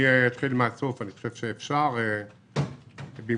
אתחיל מן הסוף: אני חושב שאפשר לקבוע תקרה,